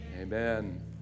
amen